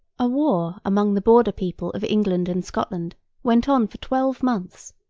a war among the border people of england and scotland went on for twelve months,